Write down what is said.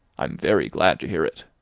i'm very glad to hear it.